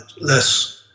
Less